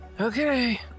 Okay